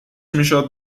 میشد